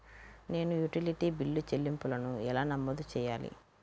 నేను utility bill చెల్లింపులను ఎలా నమోదు చేయాలి?